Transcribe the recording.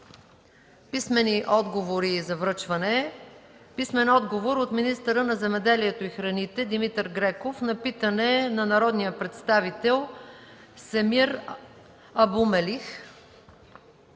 Писмени отговори за връчване. Писмен отговор от: - министъра на земеделието и храните Димитър Греков на питане на народния представител Семир Абу Мелих;